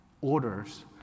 orders